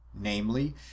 namely